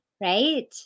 Right